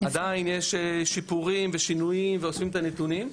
עדיין יש שיפורים ושינויים ואוספים את הנתונים.